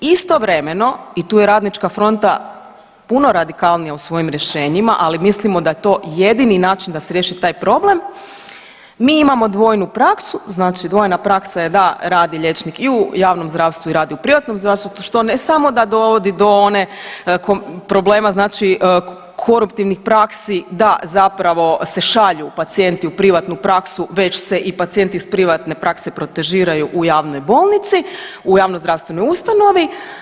Istovremeno i tu je RF puno radikalnija u svojim rješenjima, ali mislimo da je to jedini način da se riješi taj problem, mi imamo dvojnu praksu, znači dvojna praksa je da radi liječnik i u javnom zdravstvu i radi u privatnom zdravstvu što ne samo da dovodi do one problema koruptivnih praksi da zapravo se šalju pacijenti u privatnu praksu već se i pacijenti iz privatne prakse protežiraju u javnoj bolnici u javnozdravstvenoj ustanovi.